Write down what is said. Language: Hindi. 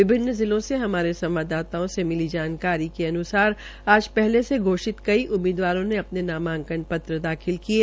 विभिन्न जिलों से हमारे संवाददाताओं ने मिली जानकारी के अन्सार आज पहले से घोषित कई उममीदवारों ने अपने नामांकन पत्र दाखिल किये